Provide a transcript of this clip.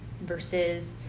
versus